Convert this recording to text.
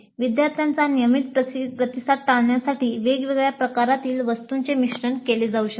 विद्यार्थ्यांचा नियमित प्रतिसाद टाळण्यासाठी वेगवेगळ्या प्रकारातील वस्तूंचे मिश्रण केले जाऊ शकते